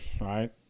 right